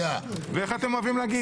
ואיך אתם אוהבים לומר